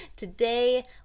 Today